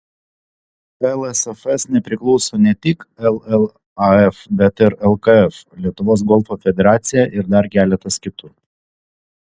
lsfs nepriklauso ne tik llaf bet ir lkf lietuvos golfo federacija ir dar keletas kitų